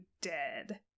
dead